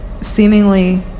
seemingly